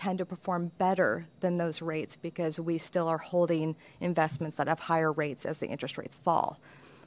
tend to perform better than those rates because we still are holding investments that have higher rates as the interest rates fall